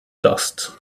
dust